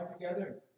together